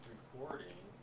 Recording